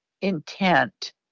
intent